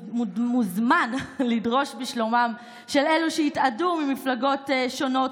מוזמן לדרוש בשלומם של אלו שהתאדו ממפלגות שונות,